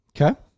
Okay